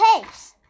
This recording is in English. caves